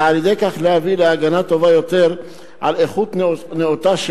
וכך להביא להגנה טובה יותר על איכות נאותה של